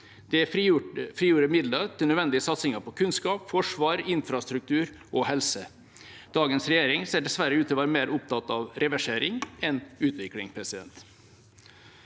Det frigjorde midler til nødvendige satsinger på kunnskap, forsvar, infrastruktur og helse. Dagens regjering ser dessverre ut til å være mer opptatt av reversering enn av utvikling. Høyre